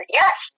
yes